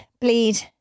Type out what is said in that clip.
bleed